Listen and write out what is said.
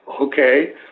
okay